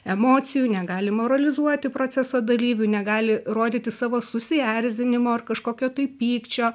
emocijų negali moralizuoti proceso dalyvių negali rodyti savo susierzinimo ar kažkokio tai pykčio